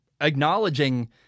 acknowledging